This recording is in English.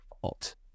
fault